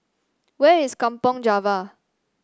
where is Kampong Java